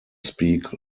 speak